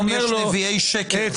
היום יש נביאי שקר.